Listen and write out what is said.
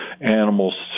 animals